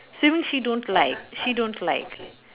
swimming she don't like she don't like